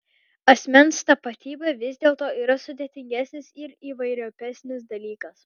asmens tapatybė vis dėlto yra sudėtingesnis ir įvairiopesnis dalykas